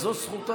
אני מסכים.